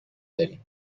داریم